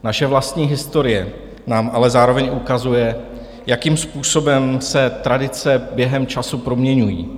Naše vlastní historie nám ale zároveň ukazuje, jakým způsobem se tradice během času proměňují.